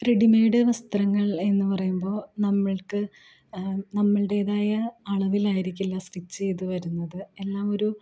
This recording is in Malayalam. റെഡിമെയ്ഡ് വസ്ത്രങ്ങൾ എന്നു പറയുമ്പോൾ നമ്മൾക്ക് നമ്മളുടേതായ അളവിലായിരിക്കില്ല സ്റ്റിച്ച് ചെയ്ത് വരുന്നത് എല്ലാം ഒരു